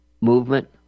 movement